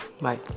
Bye